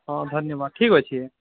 ହଁ ଧନ୍ୟବାଦ୍ ଠିକ୍ ଅଛି